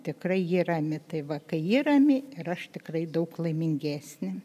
tikrai ji rami tai va kai ji rami ir aš tikrai daug laimingesnė